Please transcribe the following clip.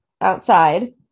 outside